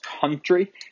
country